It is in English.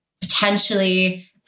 potentially